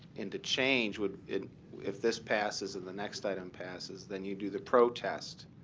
and the change would if this passes and the next item passes, then you do the protest.